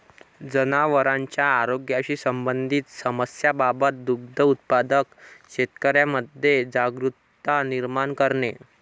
जनावरांच्या आरोग्याशी संबंधित समस्यांबाबत दुग्ध उत्पादक शेतकऱ्यांमध्ये जागरुकता निर्माण करणे